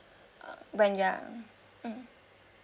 uh when you are mm